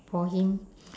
for him